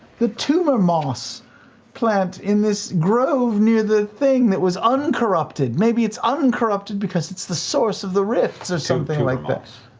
the tumor moss plant in this grove near the thing that was uncorrupted. maybe it's uncorrupted because it's the source of the rifts or something like.